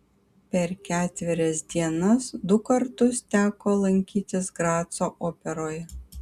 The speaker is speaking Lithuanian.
per ketverias dienas du kartus teko lankytis graco operoje